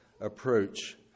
approach